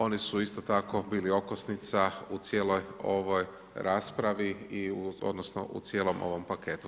Oni su isto tako bili okosnica u cijeloj ovoj raspravi, odnosno, u cijelom ovom paketu.